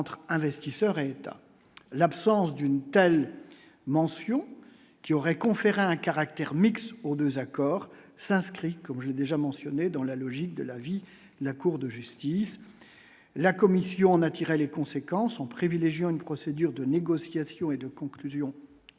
entre investisseurs et États l'absence d'une telle mention qui aurait conféré un caractère mixte aux 2 accords ça se cri comme j'ai déjà mentionnée dans la logique de la vie, la Cour de justice, la Commission en a tiré les conséquences en privilégiant une procédure de négociation et de conclusions accélérer